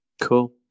Cool